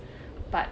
but